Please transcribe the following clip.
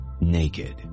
naked